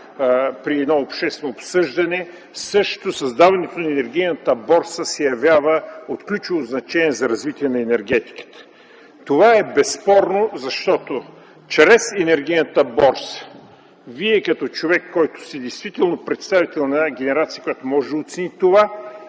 при едно обществено обсъждане, създаването на енергийната борса също се явява от ключово значение за развитието на енергетиката. Това е безспорно, защото чрез енергийната борса Вие като човек, представител на генерация, която може да оцени това,